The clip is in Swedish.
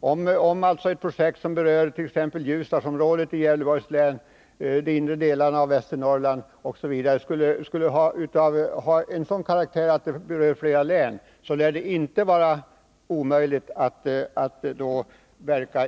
Om dett.ex. är fråga om ett projekt som gäller Ljusdalsområdet i Gävleborgs län och de inre delarna av Västernorrland och projektet således berör flera län, lär det inte vara omöjligt.